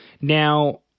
Now –